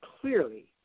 clearly